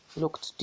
looked